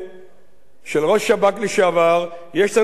של ראש שב"כ לשעבר יש לנו סימוכין